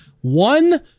One